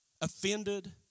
offended